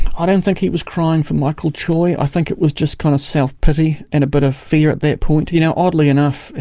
i don't think he was crying for michael choy, i think it was just kind of self pity and a bit of fear at that point. you know, oddly enough,